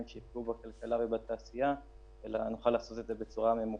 שייפגעו בכלכלה ובתעשייה אלא נוכל לעשות את זה בצורה ממוקדת.